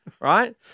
Right